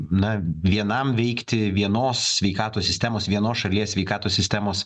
na vienam veikti vienos sveikatos sistemos vienos šalies sveikatos sistemos